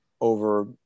over